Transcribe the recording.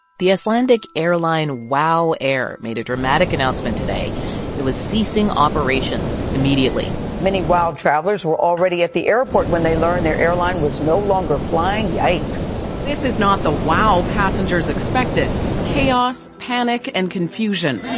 the icelandic airline wow air made a dramatic announcement today it was ceasing operations immediately many wow travelers were already at the airport when they learned their airline was no longer flying. yikes this is not the wow passengers expected chaos, panic panic and confusion